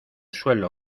suelo